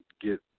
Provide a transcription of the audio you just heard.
get